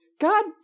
God